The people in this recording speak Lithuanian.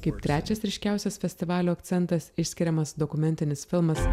kaip trečias ryškiausias festivalio akcentas išskiriamas dokumentinis filmas